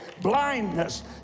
blindness